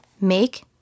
make